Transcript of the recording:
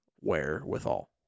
wherewithal